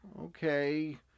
Okay